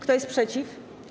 Kto jest przeciw?